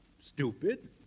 Stupid